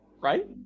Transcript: Right